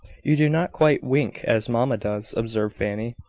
you do not quite wink as mamma does, observed fanny,